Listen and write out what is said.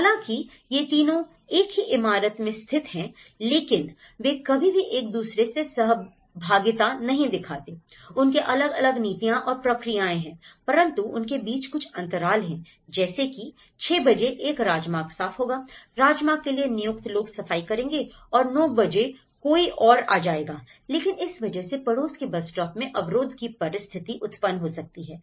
हालांकि ये तीनों एक ही इमारत में स्थित हैं लेकिन वे कभी भी एक दूसरे से सहभागिता नहीं दिखाते उनके अलग अलग नीतियां और प्रक्रियाएं हैं परंतु उनके बीच कुछ अंतराल हैं जैसे कि 6 बजे एक राजमार्ग साफ होगा राजमार्ग के लिए नियुक्त लोग सफाई करेंगे और 9 बजे कोई और आ जाएगा लेकिन इस वजह से पड़ोस के बस स्टॉप में अवरोध की परिस्थिति उत्पन्न हो सकती है